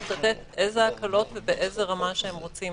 לתת איזה הקלות ובאיזו רמה שהם רוצים.